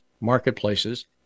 marketplaces